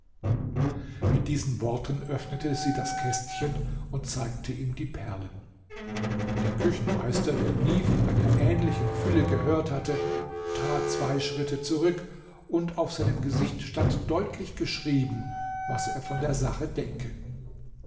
mit diesen worten öffnete sie das kästchen und zeigte ihm die perlen der küchenmeister der nie von einer ähnlichen fülle gehört hatte trat zwei schritte zurück und auf seinem gesicht stand deutlich geschrieben was er von der sache denke